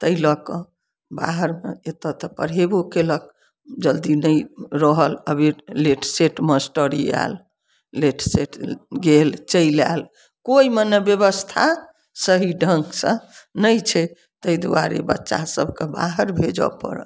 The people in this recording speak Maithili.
ताहि लऽ कऽ बाहर सऽ एतऽ तक पढ़ेबो कयलक जल्दी नहि रहल अबेर लेटसेट मास्टरी आयल लेटसेट गेल चलि आयल कोइ मने ब्यवस्था सही ढंग सऽ नहि छै ताहि दुआरे बच्चा सबके बाहर भेजऽ पड़ल